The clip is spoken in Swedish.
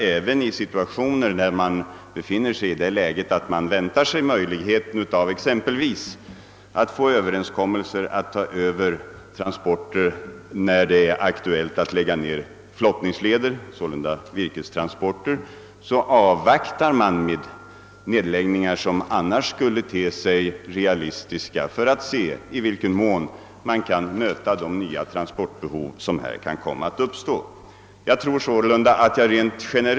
Även i situationer då man räknar med att kunna träffa överenskommelse om att ta över Virkestransporter, när det ä raktuellt att lägga ned flottningsleder, väntar man med att besluta om nedläggningar som annars skulle te sig realistiska för att se i vilken mån man kan tillgodose de nya transportbehov som kan uppstå.